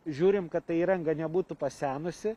žiūrim kad ta įranga nebūtų pasenusi